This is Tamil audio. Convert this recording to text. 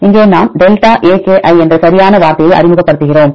இங்கே நாம் delta aki என்ற சரியான வார்த்தையை அறிமுகப்படுத்துகிறோம்